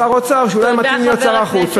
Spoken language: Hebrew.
שר אוצר שאולי מתאים להיות שר החוץ.